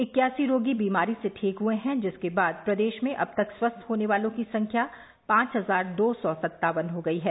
इक्यासी रोगी बीमारी से ठीक हुए हैं जिसके बाद प्रदेश में अब तक स्वस्थ होने वालों की संख्या पांच हजार सत्तावन हो गयी है